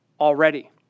already